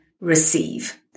receive